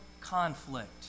conflict